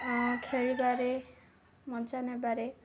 ଖେଳିବାରେ ମଜା ନେବାରେ